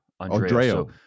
Andreo